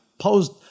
posed